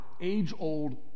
age-old